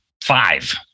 five